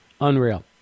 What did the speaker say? Unreal